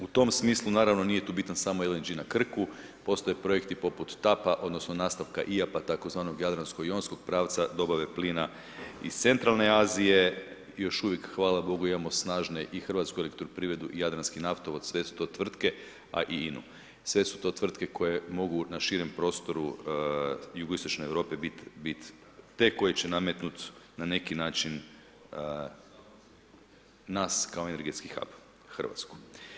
U tom smislu naravno nije tu bitan samo LNG na Krku, postoje projekti poput TAP-a odnosno nastavka IAP-a tzv. jadransko-jonskog pravca dobave plina iz centralne Azije i još uvijek hvala Bogu imamo snažne i HEP i Jadranski naftovod, a i INA-u sve su to tvrtke koje mogu na širem prostoru Jugoistočne Europe biti te koje će nametnut na neki način nas kao energetski hub Hrvatsku.